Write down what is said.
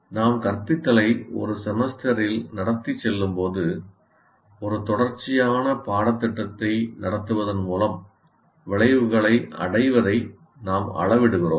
நாம் கற்பித்தலை ஒரு செமஸ்டரில் நடத்தி செல்லும்போது ஒரு தொடர்ச்சியான பாடத்திட்டத்தை நடத்துவதன் மூலம் விளைவுகளை அடைவதை நாம் அளவிடுகிறோம்